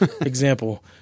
Example